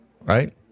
right